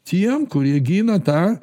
tiem kurie gina tą